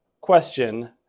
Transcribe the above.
question